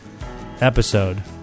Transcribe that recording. episode